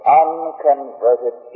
unconverted